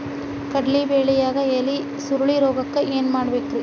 ಕಡ್ಲಿ ಬೆಳಿಯಾಗ ಎಲಿ ಸುರುಳಿರೋಗಕ್ಕ ಏನ್ ಮಾಡಬೇಕ್ರಿ?